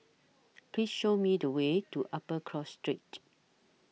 Please Show Me The Way to Upper Cross Street